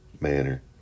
manner